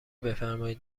بفرمائید